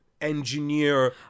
engineer